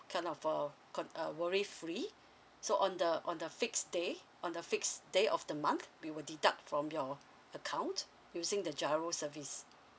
kind of a con~ uh worry free so on the on the fixed day on the fixed day of the month we will deduct from your account using the GIRO service